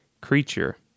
creature